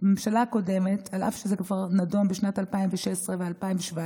הממשלה הקודמת, אף שזה כבר נדון בשנת 2016 ו-2017,